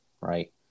Right